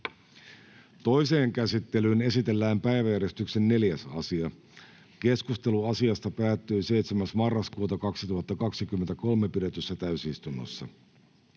Toiseen käsittelyyn esitellään päiväjärjestyksen 4. asia. Keskustelu asiasta päättyi 7.11.2023 pidetyssä täysistunnossa.